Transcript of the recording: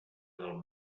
del